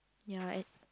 ya at